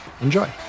enjoy